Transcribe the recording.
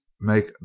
make